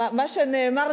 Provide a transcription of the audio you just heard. מה שנאמר,